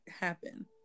happen